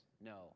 no